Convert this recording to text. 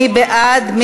מי בעד?